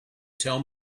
tell